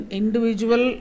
individual